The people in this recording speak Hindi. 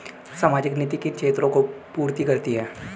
सामाजिक नीति किन क्षेत्रों की पूर्ति करती है?